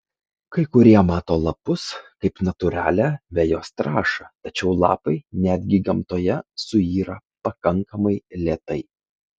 kai kurie mato lapus kaip natūralią vejos trąšą tačiau lapai netgi gamtoje suyra pakankamai lėtai